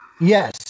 Yes